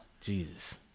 Jesus